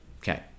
Okay